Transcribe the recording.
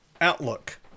Outlook